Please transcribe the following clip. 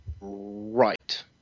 Right